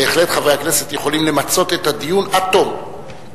בהחלט חברי הכנסת יכולים למצות את הדיון עד תום,